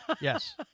Yes